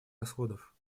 расходов